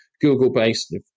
Google-based